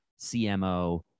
CMO